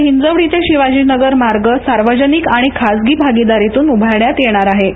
तर हिंजवडी ते शिवाजीनगर मार्ग सार्वजनिक आणि खासगी भागीदारीतून उभारण्याात येणार आहे